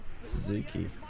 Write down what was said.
Suzuki